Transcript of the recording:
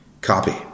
copy